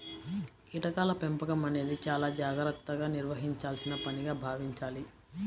కీటకాల పెంపకం అనేది చాలా జాగర్తగా నిర్వహించాల్సిన పనిగా భావించాలి